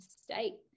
state